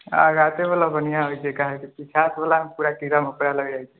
आगातेवला बन्हियाँ होइ छै कियाकि घासवला मे पूरा कीड़ा मकोड़ा लागि जाइ छै